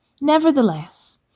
Nevertheless